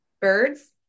Birds